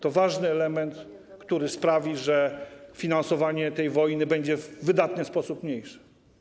To ważny element, który sprawi, że finansowanie tej wojny będzie w wydatny sposób mniejsze.